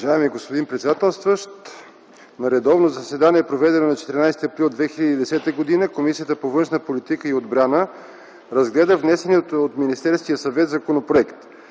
Уважаеми господин председателстващ! „На редовно заседание, проведено на 14 април 2010 г., Комисията по външна политика и отбрана разгледа внесения от Министерския съвет законопроект.